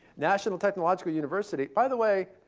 national technological university by the way,